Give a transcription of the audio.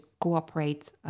cooperate